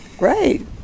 right